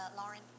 Lauren